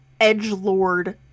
edgelord